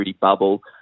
bubble